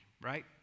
right